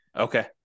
Okay